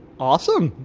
awesome.